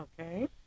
Okay